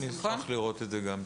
אני גם אשמח לראות את זה.